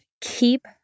Keep